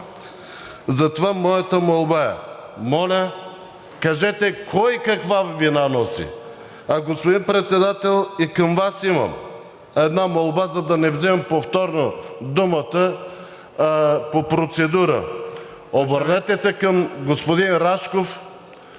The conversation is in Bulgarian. Затова моята молба е: моля, кажете кой каква вина носи? Господин Председател, и към Вас имам една молба, за да не вземам повторно думата по процедура. Обърнете се към господин Рашков.